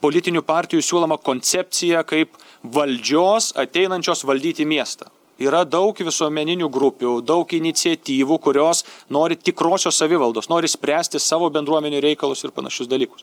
politinių partijų siūlomą koncepciją kaip valdžios ateinančios valdyti miestą yra daug visuomeninių grupių daug iniciatyvų kurios nori tikrosios savivaldos nori spręsti savo bendruomenių reikalus ir panašius dalykus